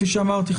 כפי שאמרתי,